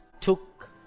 took